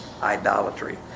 idolatry